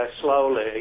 slowly